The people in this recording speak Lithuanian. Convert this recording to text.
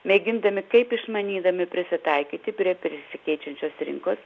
mėgindami kaip išmanydami prisitaikyti prie besikeičiančios rinkos